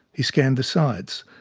he scanned the sides.